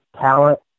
talent